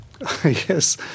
Yes